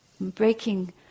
breaking